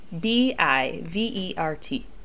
B-I-V-E-R-T